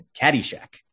Caddyshack